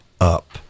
up